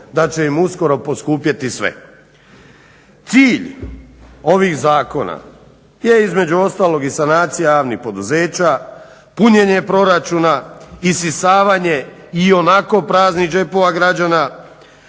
da će im uskoro poskupjeti sve. Cilj ovih zakona je između ostalog i sanacija javnih poduzeća, punjenje proračuna, isisavanje i onako praznih džepova građana,